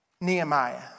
Nehemiah